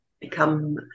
become